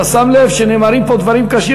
אתה שם לב שנאמרים פה דברים קשים,